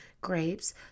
grapes